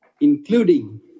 including